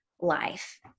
life